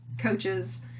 coaches